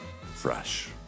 fresh